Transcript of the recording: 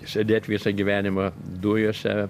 sėdėt visą gyvenimą dujose